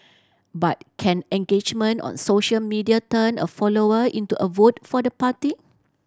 but can engagement on social media turn a follower into a vote for the party